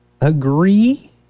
agree